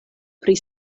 pri